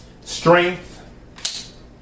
strength